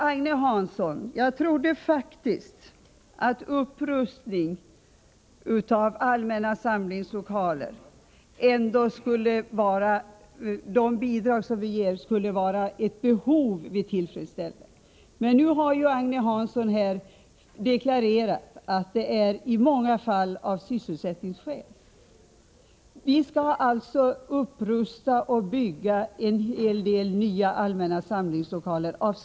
Herr talman! Jag trodde faktiskt, Agne Hansson, att det var för att tillfredsställa ett behov som vi gav bidrag till upprustning av allmänna samlingslokaler. Men nu har Agne Hansson här deklarerat att det i många fall är av sysselsättningsskäl som bidrag ges. Vi skall alltså av sysselsättningsskäl upprusta och bygga en hel del nya allmänna samlingslokaler.